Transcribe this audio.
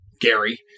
Gary